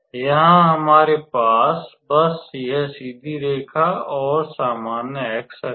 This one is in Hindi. यहां हमारे पास बस यह सीधी रेखा और सामान्य X अक्ष है